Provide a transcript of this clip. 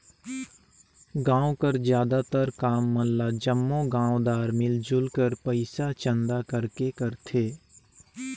गाँव कर जादातर काम मन ल जम्मो गाँवदार मिलजुल कर पइसा चंदा करके करथे